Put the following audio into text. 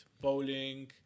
bowling